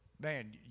man